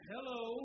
Hello